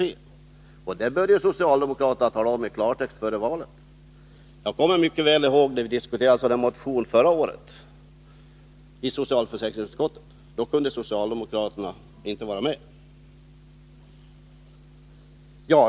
Om socialdemokraterna har sådana här planer, bör de i klartext tala om det före valet. Jag kommer mycket väl ihåg det tillfälle förra året då vi i socialförsäkringsutskottet diskuterade en motion med förslag om att pensionerna skulle reallöneanknytas. Då kunde socialdemokraterna inte vara med på det.